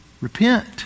Repent